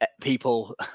people